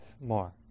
more